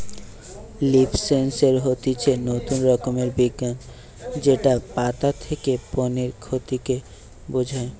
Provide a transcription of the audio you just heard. leaf sensor হতিছে নতুন রকমের বিজ্ঞান যেটা পাতা থেকে পানির ক্ষতি কে বোঝায়